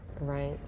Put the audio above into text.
Right